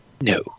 No